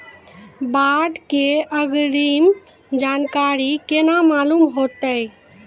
बाढ़ के अग्रिम जानकारी केना मालूम होइतै?